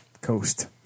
Coast